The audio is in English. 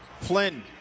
Flynn